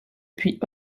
puis